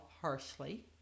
harshly